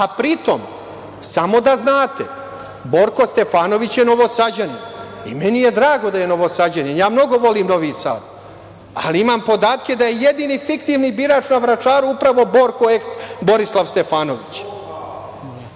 tome, samo da znate, Borko Stefanović je Novosađanin i meni je drago da je Novosađanin, ja mnogo volim Novi Sad, ali imam podatke da je jedini fiktivni birač na Vračaru upravo Borko, eks Borislav Stefanović.